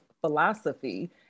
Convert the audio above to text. philosophy